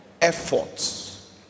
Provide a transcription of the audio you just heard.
efforts